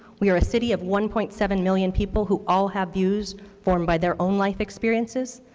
we are a city of one point seven million people who all have views formed by their own life experiences.